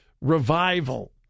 revival